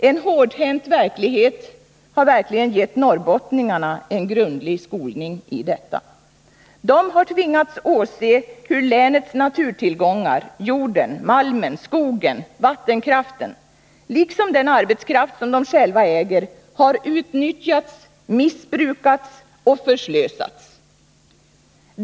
En hårdhänt verklighet har gett norrbottningarna en grundlig skolning i detta. De har tvingats åse hur länets naturtillgångar, jorden, malmen, skogen och vattenkraften liksom den arbetskraft de själva äger har utnyttjats, missbrukats och förslösats.